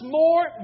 more